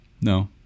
No